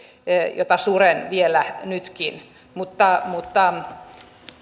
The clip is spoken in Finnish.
mitä suren vielä nytkin mutta mutta